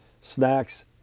Snacks